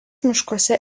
miškuose